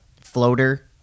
Floater